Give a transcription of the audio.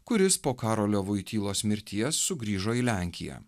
kuris po karolio voitylos mirties sugrįžo į lenkiją